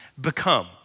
become